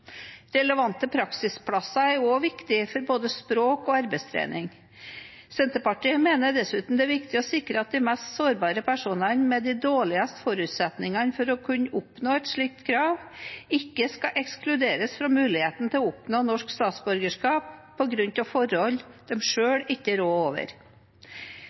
Relevante praksisplasser er også viktig for både språk- og arbeidstrening. Senterpartiet mener dessuten det er viktig å sikre at de mest sårbare personene, med de dårligste forutsetningene for å kunne oppnå et slikt krav, ikke skal ekskluderes fra muligheten til å oppnå norsk statsborgerskap på grunn av forhold de selv ikke rår over.